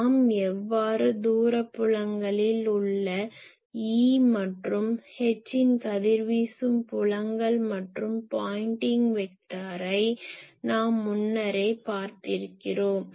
நாம் எவ்வாறு தூரப்புலங்களில் உள்ள E மற்றும் Hஇன் கதிர்வீசும் புலங்கள் மற்றும் பாயின்டிங் வெக்டாரை நாம் முன்னரே பார்த்திருக்கிறோம்